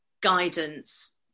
guidance